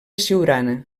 siurana